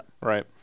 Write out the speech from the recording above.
Right